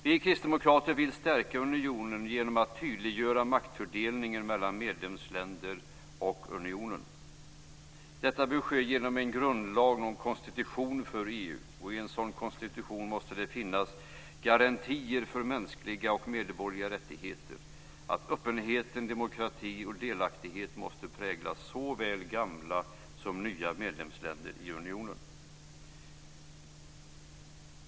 Vi kristdemokrater vill stärka unionen genom att tydliggöra maktfördelningen mellan medlemsländer och unionen. Detta bör ske genom en grundlag och en konstitution för EU. I en sådan konstitution måste det finnas garantier för mänskliga och medborgerliga rättigheter. Öppenhet, demokrati och delaktighet måste prägla såväl gamla som nya medlemsländer i unionen.